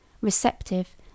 receptive